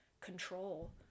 control